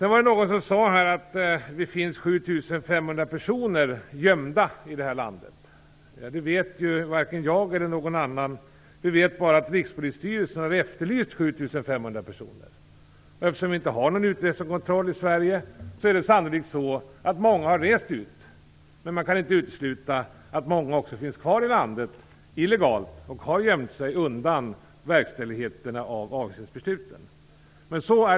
Någon sade här att det finns 7 500 personer gömda i det här landet. Ja, det vet ju varken jag eller någon annan. Vi vet bara att Rikspolisstyrelsen har efterlyst 7 500 personer. Eftersom vi inte har någon utresekontroll i Sverige är det sannolikt så att många har rest ut, men man kan inte utesluta att många också finns kvar i landet illegalt och har gömt sig undan verkställigheten av avvisningsbesluten.